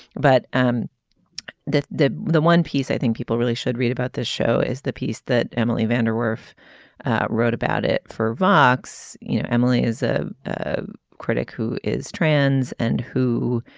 but and the the the one piece i think people really should read about this show is the piece that emily vander worth wrote about it for vox. you know emily is ah a critic who is trends and who